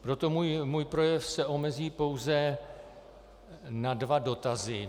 Proto můj projev se omezí pouze na dva dotazy.